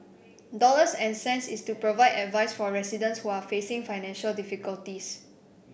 dollars and cents is to provide advice for residents who are facing financial difficulties